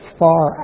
far